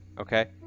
Okay